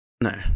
no